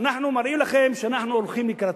אנחנו מראים לכם שאנחנו הולכים לקראתכם.